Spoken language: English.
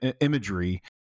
imagery